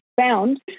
found